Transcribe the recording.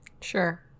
Sure